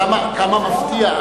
כמה מפתיע.